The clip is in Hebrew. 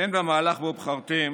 ואין במהלך שבו בחרתם